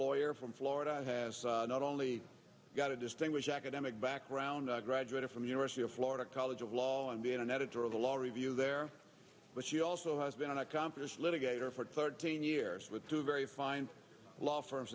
lawyer from florida i have not only got a distinguished academic background i graduated from university of florida college of law and being an editor of the law review there but she also has been an accomplished litigator for thirteen years with two very fine law firms